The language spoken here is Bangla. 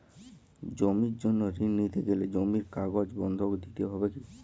জমির জন্য ঋন নিতে গেলে জমির কাগজ বন্ধক দিতে হবে কি?